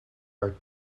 are